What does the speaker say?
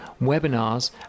webinars